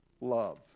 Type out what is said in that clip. love